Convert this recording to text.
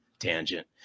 tangent